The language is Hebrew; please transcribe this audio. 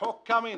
חוק קמינץ,